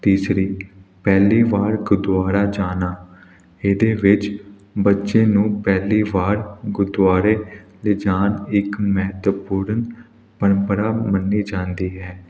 ਤੀਸਰੀ ਪਹਿਲੀ ਵਾਰ ਗੁਰਦੁਆਰਾ ਜਾਣਾ ਇਹਦੇ ਵਿੱਚ ਬੱਚੇ ਨੂੰ ਪਹਿਲੀ ਵਾਰ ਗੁਰਦੁਆਰੇ ਦੇ ਜਾਣ ਇੱਕ ਮਹੱਤਵਪੂਰਨ ਪਰੰਪਰਾ ਮੰਨੀ ਜਾਂਦੀ ਹੈ